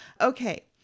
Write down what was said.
Okay